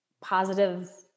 positive